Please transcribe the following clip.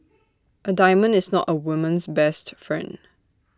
A diamond is not A woman's best friend